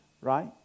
right